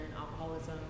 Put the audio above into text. alcoholism